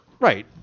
Right